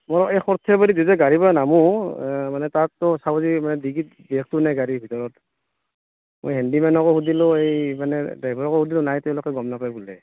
মোৰ এই সৰ্থেবাৰীত যেতিয়া গাড়ীৰপৰা নামো মানে তাততো চাওঁ যে মানে ডিকিত বেগটো নাই গাড়ীৰ ভিতৰত মই হেণ্ডিমেনকো সুধিলোঁ এই মানে ড্ৰাইভাৰকো সুধিলোঁ নাই তেওঁলোকে গ'ম নাপায় বোলে